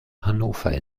hannover